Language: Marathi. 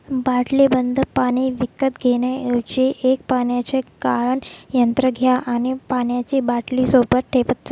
बाटलीबंद पाणी विकत घेण्याऐवजी एक पाण्याचे गाळण यंत्र घ्या आणि पाण्याची बाटली सोबत ठेवत जा